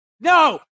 No